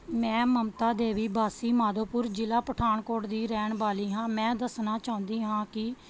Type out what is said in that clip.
ਮੈਂ ਮਮਤਾ ਦੇਵੀ ਵਾਸੀ ਮਾਧੋਪੁਰ ਜ਼ਿਲ੍ਹਾ ਪਠਾਨਕੋਟ ਦੀ ਰਹਿਣ ਵਾਲੀ ਹਾਂ ਮੈਂ ਦੱਸਣਾ ਚਾਹੁੰਦੀ ਹਾਂ ਕਿ